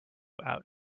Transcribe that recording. out